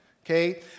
Okay